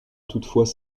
toutefois